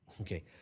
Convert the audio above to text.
okay